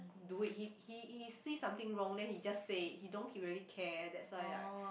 do it he he he sees something wrong then he just say it he don't really care that's why like